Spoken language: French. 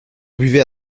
buvait